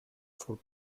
for